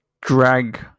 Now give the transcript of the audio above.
drag